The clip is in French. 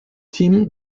team